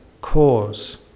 cause